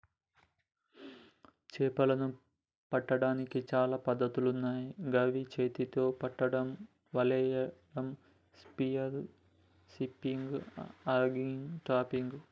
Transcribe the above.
చేపలను పట్టడానికి చాలా పద్ధతులున్నాయ్ గవి చేతితొ పట్టడం, వలేయడం, స్పియర్ ఫిషింగ్, ఆంగ్లిగ్, ట్రాపింగ్